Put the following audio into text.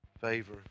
favor